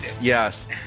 Yes